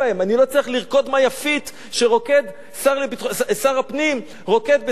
אני לא אצטרך לרקוד "מה יפית" שרוקד שר הפנים בשדה התעופה,